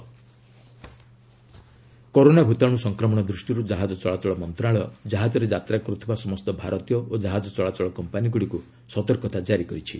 shipping advisory coronavirus corona ଭୂତାଣୁ ସଂକ୍ରମଣ ଦୃଷ୍ଟିରୁ କାହାଜ ଚଳାଚଳ ମନ୍ତ୍ରଣାଳୟ ଜାହାଜରେ ଯାତ୍ରା କରୁଥିବା ସମସ୍ତ ଭାରତୀୟ ଓ ଜାହାଜ ଚଳାଚଳ କମ୍ପାନୀଗୁଡ଼ିକୁ ସତର୍କତା ଜାରି କରିଛି